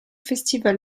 festival